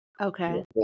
Okay